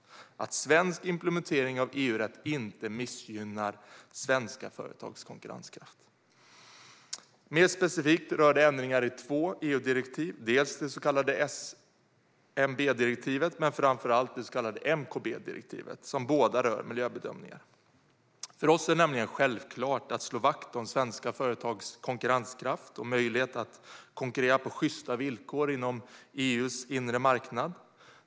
Jag upprepar: att svensk implementering av EU-rätt inte missgynnar svenska företags konkurrenskraft. Mer specifikt rör det ändringar i två EU-direktiv, dels det så kallade SMB-direktivet, dels och framför allt det så kallade MKB-direktivet, vilka båda rör miljöbedömningar. För oss är det nämligen självklart att slå vakt om svenska företags konkurrenskraft och möjlighet att konkurrera på sjysta villkor på EU:s gemensamma inre marknad.